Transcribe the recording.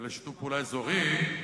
ולשיתוף פעולה אזורי.